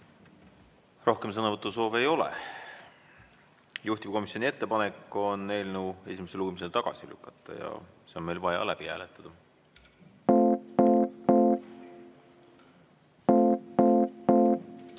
Rohkem sõnavõtusoove ei ole. Juhtivkomisjoni ettepanek on eelnõu esimesel lugemisel tagasi lükata ja see on meil vaja läbi hääletada.